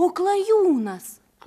o klajūnas